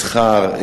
מסחר,